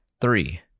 three